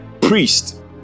priest